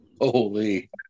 Holy